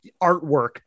artwork